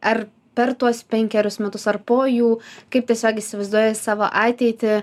ar per tuos penkerius metus ar po jų kaip tiesiog įsivaizduoji savo ateitį